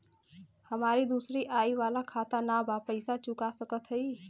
हमारी दूसरी आई वाला खाता ना बा पैसा चुका सकत हई?